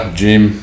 gym